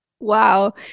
Wow